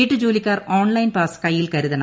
വീട്ടുജോലിക്കാർ ് online pass കൈയ്യിൽ കരുതണം